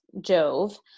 Jove